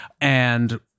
And-